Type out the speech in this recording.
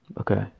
Okay